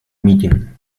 meeting